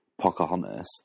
Pocahontas